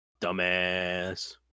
dumbass